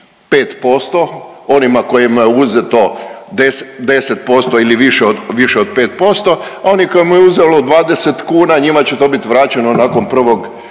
5% onima kojima je uzeto 10, 10% ili više od 5%, a oni kojima je uzelo 20 kuna njima će to biti vraćeno nakon 1.,